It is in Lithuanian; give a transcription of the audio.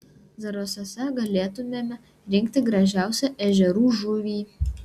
zarasuose galėtumėme rinkti gražiausią ežerų žuvį